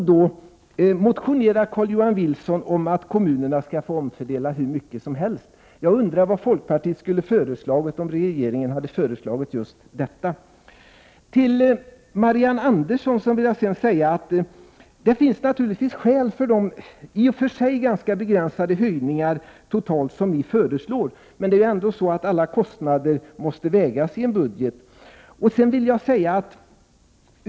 Då motionerar Carl-Johan Wilson om att kommunerna skall få omfördela hur mycket som helst. Jag undrar vad folkpartiet skulle ha föreslagit om regeringen föreslagit just detta. Till Marianne Andersson vill jag säga att det naturligtvis finns skäl för de i och för sig ganska begränsade höjningar som ni föreslår. Men i en budget måste alla kostnader vägas mot varandra.